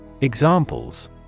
Examples